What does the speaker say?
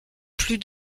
plus